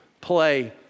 play